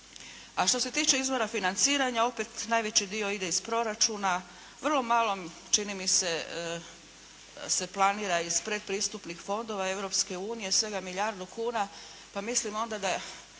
A što se tiče izvora financiranja opet najveći dio ide iz proračuna, vrlo malo čini mi se planira se iz predpristupnih fondova Europske unije, svega milijardu kuna, pa mislim onda da